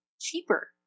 cheaper